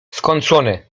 skończone